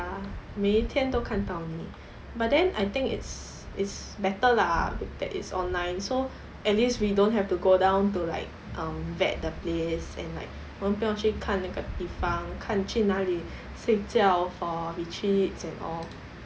ya 每天都看到你 but then I think it's it's better lah that it's online so at least we don't have to go down to like um vet the place and like 我们不用去看那个地方看去哪里睡觉 for retreats and all